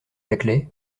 laclais